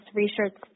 research